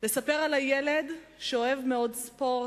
לספר על הילד שאוהב מאוד ספורט,